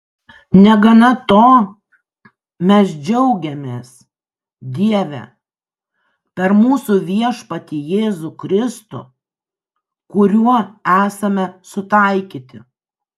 negana to mes džiaugiamės dieve per mūsų viešpatį jėzų kristų kuriuo esame sutaikyti